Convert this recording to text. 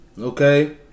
Okay